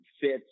fits